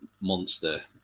monster